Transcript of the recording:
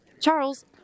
Charles